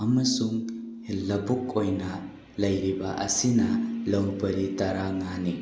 ꯑꯃꯁꯨꯡ ꯂꯧꯕꯨꯛ ꯑꯣꯏꯅ ꯂꯩꯔꯤꯕ ꯑꯁꯤꯅ ꯂꯧ ꯄꯔꯤ ꯇꯔꯥꯃꯉꯥꯅꯤ